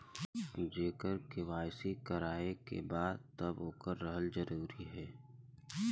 जेकर के.वाइ.सी करवाएं के बा तब ओकर रहल जरूरी हे?